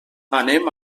anem